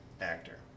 actor